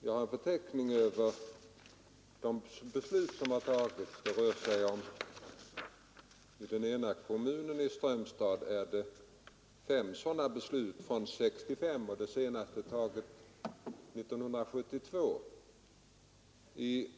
Jag har här en förteckning som visar att det i Strömstads kommun har fattats fem beslut sedan 1965, det senaste år 1972, och i